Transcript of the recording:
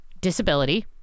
disability